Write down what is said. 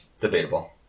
Debatable